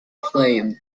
flame